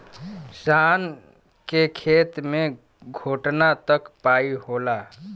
शान के खेत मे घोटना तक पाई होला